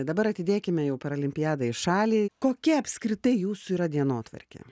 dabar atidėkime jau paralimpiadą į šalį kokia apskritai jūsų yra dienotvarkė